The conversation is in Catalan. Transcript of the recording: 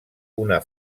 una